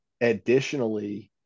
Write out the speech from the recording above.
Additionally